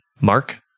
mark